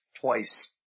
Twice